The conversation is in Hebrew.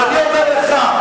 אני אומר לך,